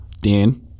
Dan